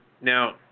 Now